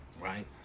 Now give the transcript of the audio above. right